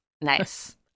Nice